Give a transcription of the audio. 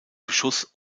beschuss